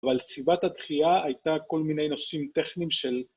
אבל סיבת הדחייה הייתה כל מיני נושאים טכנים של...